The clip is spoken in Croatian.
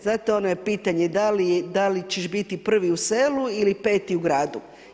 Znate ono je pitanje, da li ćeš biti prvi u selu ili peti u gradu.